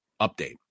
update